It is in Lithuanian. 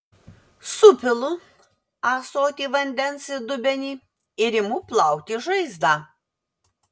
supilu ąsotį vandens į dubenį ir imu plauti žaizdą